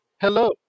Hello